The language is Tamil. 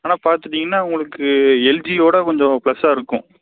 ஆனால் பார்த்துட்டீங்கன்னா உங்களுக்கு எல்ஜியோட கொஞ்சம் ப்ளஸ்ஸாக இருக்கும்